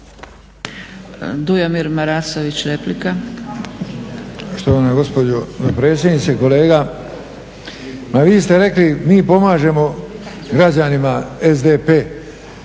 Dujomir Marasović replika.